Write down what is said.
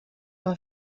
een